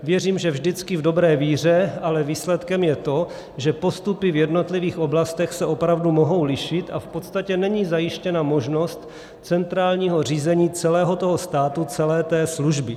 Věřím, že vždycky v dobré víře, ale výsledkem je to, že postupy v jednotlivých oblastech se opravdu mohou lišit a v podstatě není zajištěna možnost centrálního řízení celého toho státu, celé té služby.